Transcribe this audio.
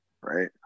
Right